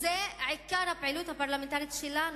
זה עיקר הפעילות הפרלמנטרית שלנו.